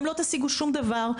אתם לא תשיגו שום דבר,